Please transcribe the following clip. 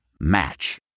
Match